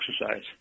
exercise